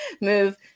move